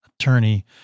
attorney